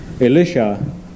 Elisha